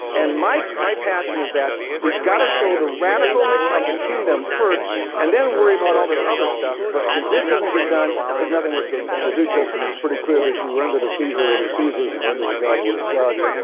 and my my passion is that we've gotta show the radicalness of the kingdom first and then worry about all this other stuff. but if this doesn't get done, there's nothing worth getting done the new testament's pretty clear that you render to caesar what is caesar's and render to god what is god's.